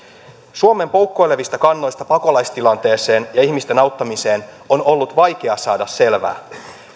suomen poukkoilevista kannoista pakolaistilanteeseen ja ihmisten auttamiseen on ollut vaikea saada selvää